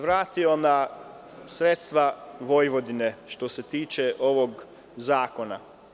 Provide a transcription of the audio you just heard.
Vratio bih se na sredstva Vojvodine, što se tiče ovog zakona.